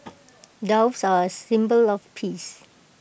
doves are A symbol of peace